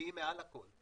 שהיא מעל הכול.